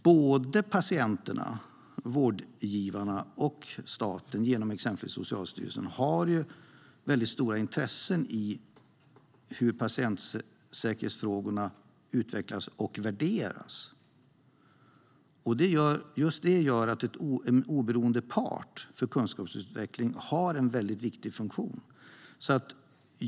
Både patienterna, vårdgivarna och staten genom exempelvis Socialstyrelsen har väldigt stora intressen i hur patientsäkerhetsfrågorna utvecklas och värderas. Just det gör att en oberoende part för kunskapsutveckling har en väldigt viktig funktion.